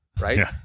right